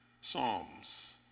psalms